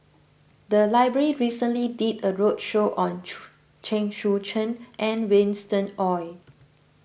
the library recently did a roadshow on Chen Sucheng and Winston Oh